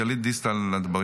חברת הכנסת גלית דיסטל אטבריאן,